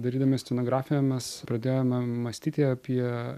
darydami scenografiją mes pradėjome mąstyti apie